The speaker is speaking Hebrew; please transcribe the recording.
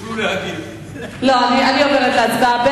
אני עוברת להצבעה.